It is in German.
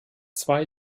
zwei